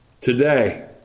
today